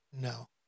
no